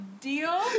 deal